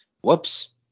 whoops